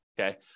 Okay